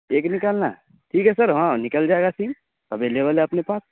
ایک نکالنا ہے ٹھیک ہے سر ہاں نکل جائے گا سم اویلیبل ہے اپنے پاس